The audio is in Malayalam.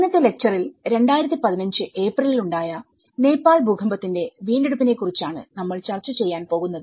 ഇന്നത്തെ ലെക്ച്ചറിൽ 2015 ഏപ്രിലിൽ ഉണ്ടായ നേപ്പാൾ ഭൂകമ്പത്തിന്റെ വീണ്ടെടുപ്പിനെക്കുറിച്ചാണ് നമ്മൾ ചർച്ച ചെയ്യാൻ പോകുന്നത്